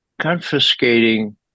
confiscating